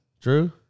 Drew